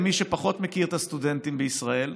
למי שפחות מכיר את הסטודנטים בישראל,